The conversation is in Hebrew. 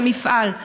של המפעל?